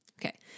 Okay